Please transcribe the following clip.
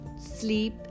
sleep